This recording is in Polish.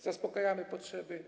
Zaspokajamy potrzeby.